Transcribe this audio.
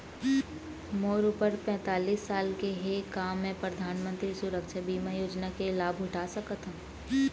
मोर उमर पैंतालीस साल हे का मैं परधानमंतरी सुरक्षा बीमा योजना के लाभ ले सकथव?